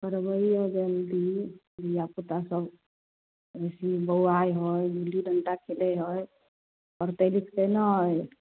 करबैऔ जल्दी धिआपुता सब बेसी बौआए हइ गुल्ली डण्टा खेलै हइ पढ़तै लिखतै नहि